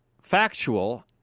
factual